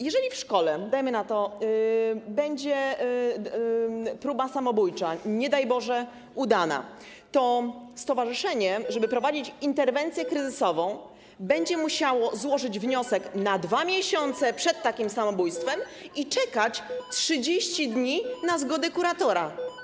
Jeżeli np. w szkole będzie próba samobójcza, nie daj Boże udana, to stowarzyszenie, żeby prowadzić interwencję kryzysową, będzie musiało złożyć wniosek na 2 miesiące przed takim samobójstwem i czekać 30 dni na zgodę kuratora.